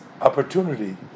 opportunity